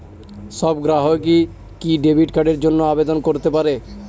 সব গ্রাহকই কি ডেবিট কার্ডের জন্য আবেদন করতে পারে?